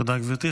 תודה, גברתי.